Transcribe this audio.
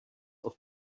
auf